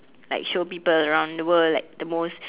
like show people around the world like the most